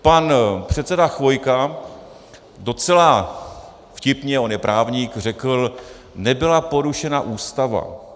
Pan předseda Chvojka docela vtipně, on je právník, řekl: nebyla porušena Ústava.